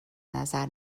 نظر